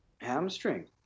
Hamstring